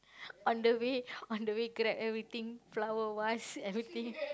on the way on the way grab everything flower vase everything